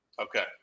Okay